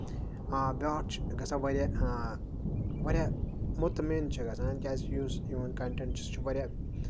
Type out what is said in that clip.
آ بیاکھ چھُ گژھان واریاہ واریاہ مُطمعِن چھُ گژھان کیازِ کہِ یُس یِہُند کَنٹٮ۪نٹ چھُ سُہ چھُ واریاہ